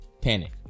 Panic